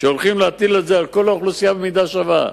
שהולכים להטיל אותו על כל האוכלוסייה במידה שווה,